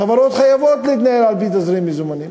חברות חייבות להתנהל על-פי תזרים מזומנים,